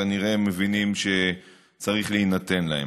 שכנראה הם מבינים שצריך להינתן להם.